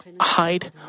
hide